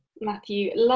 Matthew